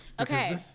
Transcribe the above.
Okay